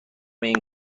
این